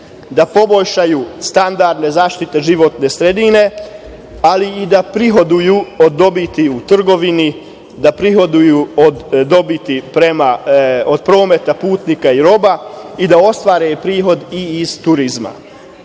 da poboljšaju standardne zaštite životne sredine, ali i da prihoduju od dobiti u trgovini, da prihoduju od prometa putnika i roba i da ostvare prihod i iz turizma.